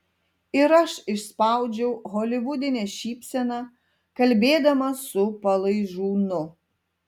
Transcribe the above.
ir aš išspaudžiau holivudinę šypseną kalbėdamas su palaižūnu